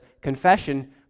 confession